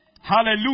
Hallelujah